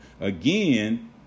Again